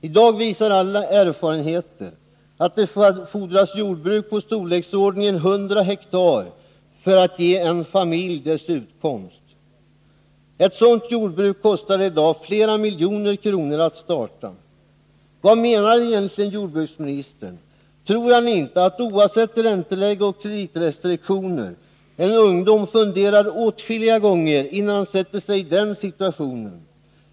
I dag visar all erfarenhet att det fordras jordbruk i storleksordningen 100 hektar för att ge en familj dess utkomst. Ett sådant jordbruk kostar i dag flera miljoner kronor att starta. Vad menar egentligen jordbruksministern? Tror han inte att — oavsett ränteläge och kreditrestriktioner — en ung människa funderar åtskilliga gånger innan han sätter sig i den situationen?